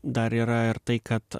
dar yra ir tai kad